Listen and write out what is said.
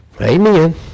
Amen